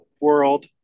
world